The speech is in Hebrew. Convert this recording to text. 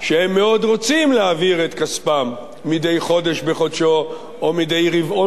להעביר את הכספים מדי חודש בחודשו או מדי רבעון ברבעונו,